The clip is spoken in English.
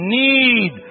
need